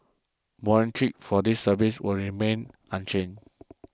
morning trips for these services will remain unchanged